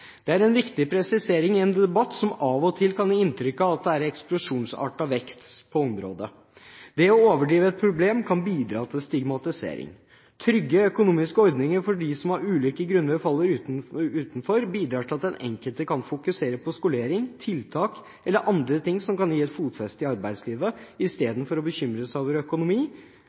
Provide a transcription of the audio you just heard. viktig presisering i en debatt som av og til kan gi inntrykk av at det er eksplosjonsartet vekst på området. Det å overdrive et problem kan bidra til stigmatisering. Trygge økonomiske ordninger for dem som av ulike grunner faller utenfor, bidrar til at den enkelte kan fokusere på skolering, tiltak eller andre ting som kan gi et fotfeste i arbeidslivet, istedenfor å bekymre seg over økonomi.